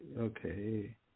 Okay